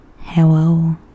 Hello